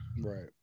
Right